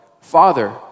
Father